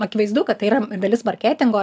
akivaizdu kad tai yra dalis marketingo